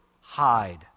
hide